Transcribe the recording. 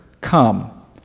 come